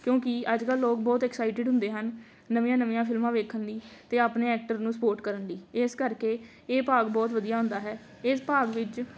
ਕਿਉਂਕਿ ਅੱਜ ਕੱਲ੍ਹ ਲੋਕ ਬਹੁਤ ਐਕਸਾਈਟਿਡ ਹੁੰਦੇ ਹਨ ਨਵੀਆਂ ਨਵੀਆਂ ਫਿਲਮਾਂ ਵੇਖਣ ਲਈ ਅਤੇ ਆਪਣੇ ਐਕਟਰ ਨੂੰ ਸਪੋਰਟ ਕਰਨ ਲਈ ਇਸ ਕਰਕੇ ਇਹ ਭਾਗ ਬਹੁਤ ਵਧੀਆ ਹੁੰਦਾ ਹੈ ਇਸ ਭਾਗ ਵਿੱਚ